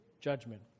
judgment